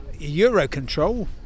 Eurocontrol